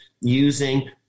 using